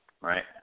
right